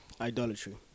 Idolatry